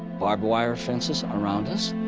barbed-wire fences around us.